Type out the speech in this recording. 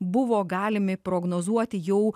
buvo galimi prognozuoti jau